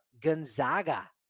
Gonzaga